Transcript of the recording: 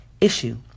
issue